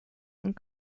and